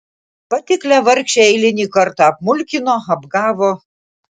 patiklią vargšę eilinį kartą apmulkino apgavo